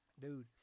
dude